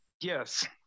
Yes